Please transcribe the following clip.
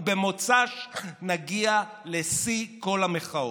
ובמוצ"ש נגיע לשיא כל המחאות.